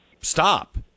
stop